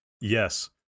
Yes